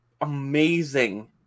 amazing